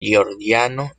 georgiano